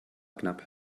knapp